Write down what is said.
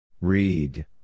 Read